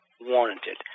warranted